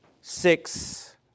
six